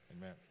Amen